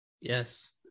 Yes